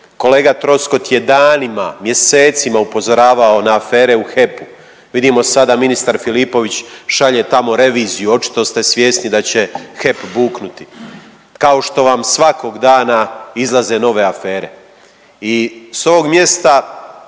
Kolega Troskot je danima, mjesecima upozoravao na afere u HEP-u, vidimo sada ministar Filipović šalje tamo reviziju, očito ste svjesni da će HEP buknuti, kao što vam svakog dana izlaze nove afere i s ovog mjesta